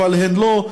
אבל הן לא.